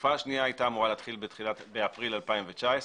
התקופה השנייה הייתה אמורה להתחיל באפריל 2019,